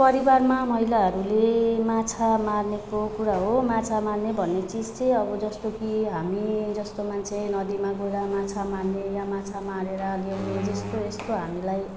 परिवारमा महिलाहरूले माछा मार्नेको कुरा हो माछा मार्ने भन्ने चिज चाहिँ अब जस्तो कि हामी जस्तो मान्छे नदीमा गएर माछा मार्ने या माछा मारेर ल्याउने जस्तो यस्तो हामीलाई